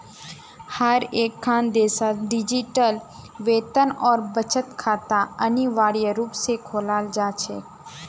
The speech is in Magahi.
हर एकखन देशत डिजिटल वेतन और बचत खाता अनिवार्य रूप से खोलाल जा छेक